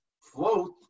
float